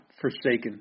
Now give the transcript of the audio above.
forsaken